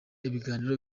ibiganiro